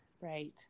Right